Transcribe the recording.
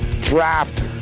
draft